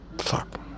Fuck